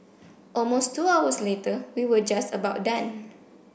almost two hours later we were just about done